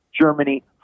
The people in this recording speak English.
Germany